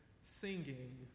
singing